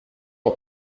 ont